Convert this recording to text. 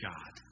God